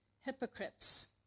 Hypocrites